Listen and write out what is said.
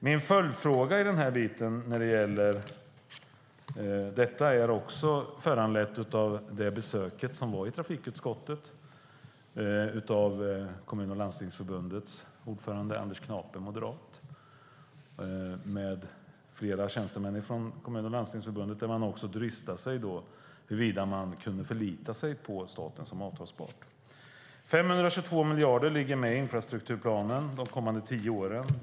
Min följdfråga när det gäller detta är föranlett av det besök som gjordes i trafikutskottet av Kommun och landstingsförbundets ordförande Anders Knape, moderat, tillsammans med flera tjänstemän. Då dristade man sig också till att fråga huruvida man kan förlita sig på staten som avtalspart. 522 miljarder ligger med i infrastrukturplanen de kommande tio åren.